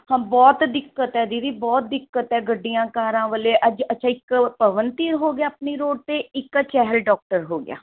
ਹਾਂ ਬਹੁਤ ਦਿੱਕਤ ਹੈ ਦੀਦੀ ਬਹੁਤ ਦਿੱਕਤ ਹੈ ਗੱਡੀਆਂ ਕਾਰਾਂ ਵਾਲੇ ਅੱਜ ਅੱਛਾ ਇੱਕ ਪਵਨ ਧੀਰ ਹੋ ਗਿਆ ਆਪਨੀ ਰੋੜ 'ਤੇ ਇੱਕ ਆ ਚਹਿਲ ਡੋਕਟਰ ਹੋ ਗਿਆ